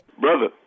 Brother